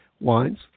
wines